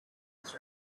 was